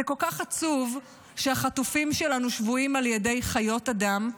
זה כל כך עצוב שהחטופים שלנו שבויים על ידי חיות אדם,